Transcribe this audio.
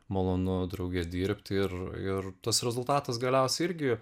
malonu drauge dirbti ir ir tas rezultatas galiausiai irgi